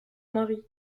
mari